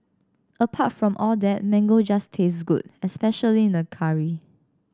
apart from all that mango just tastes good especially in a curry